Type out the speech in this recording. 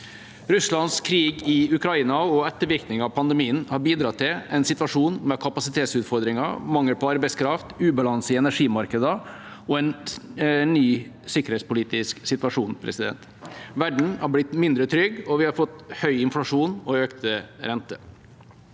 Russlands krig i Ukraina og ettervirkninger av pandemien har bidratt til en situasjon med kapasitetsutfordringer, mangel på arbeidskraft, ubalanse i energimarkeder og en ny sikkerhetspolitisk situasjon. Verden har blitt mindre trygg, og vi har fått høy inflasjon og økte renter.